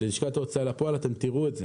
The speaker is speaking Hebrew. ללשכת הוצאה לפועל, ואתם תראו את זה,